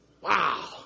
Wow